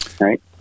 Right